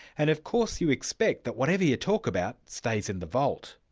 and of course you expect that whatever you talk about stays in the vault.